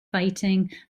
fighting